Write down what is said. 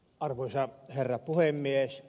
arvoisa herra puhemies